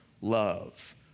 love